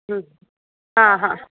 हूं हा हा